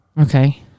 Okay